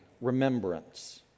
remembrance